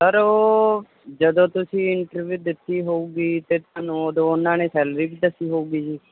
sir ਉਹ ਜਦੋਂ ਤੁਸੀਂ ਇੰਟਰਵਿਊ ਦਿੱਤੀ ਹੋਊਗੀ ਤਾਂ ਤੁਹਾਨੂੰ ਉਦੋਂ ਉਹਨਾਂ ਨੇ ਸੈਲਰੀ ਵੀ ਦੱਸੀ ਹੋਊਗੀ ਜੀ